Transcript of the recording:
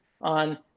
on